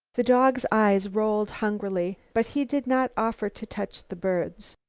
the dog's eyes rolled hungrily, but he did not offer to touch the birds.